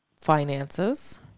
finances